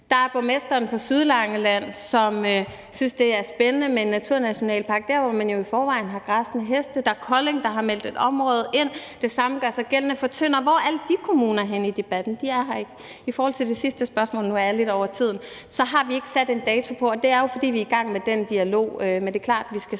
Der er borgmesteren på Langeland, som synes, det er spændende med en naturnationalpark der, hvor man jo i forvejen har græssende heste. Der er Kolding, der har meldt et område ind. Det samme gør sig gældende for Tønder. Hvor er alle de kommuner henne i debatten? De er her ikke. I forhold til det sidste spørgsmål vil jeg sige – og nu overskrider jeg taletiden lidt – at vi ikke har sat en dato på, og det er jo, fordi vi er i gang med dialogen,